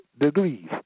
degrees